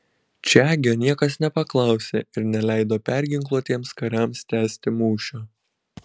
čegio niekas nepaklausė ir neleido perginkluotiems kariams tęsti mūšio